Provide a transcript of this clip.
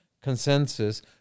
consensus